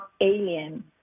alien